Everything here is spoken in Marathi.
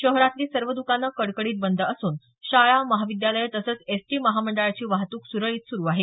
शहरातली सर्व दकानं कडकडीत बंद असून शाळा महाविद्यालयं तसंच एसटी महामंडळाची वाहतूक सुरळीत सुरू आहे